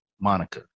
Monica